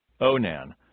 Onan